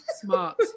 Smart